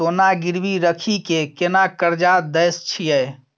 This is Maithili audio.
सोना गिरवी रखि के केना कर्जा दै छियै?